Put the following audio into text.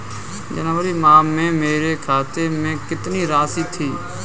जनवरी माह में मेरे खाते में कितनी राशि थी?